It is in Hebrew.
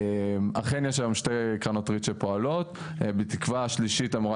אכן יש היום שתי קרנות ריט שפועלות בתקווה שהשלישית אמורה